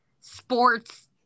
sports